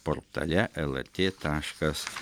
portale lrt taškas